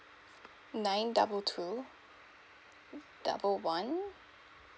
nine double two double one